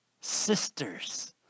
sisters